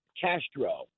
Castro